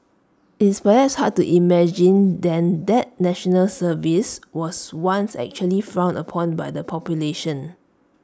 it's perhaps hard to imagine then that National Service was once actually frowned upon by the population